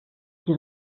die